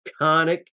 iconic